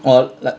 oh like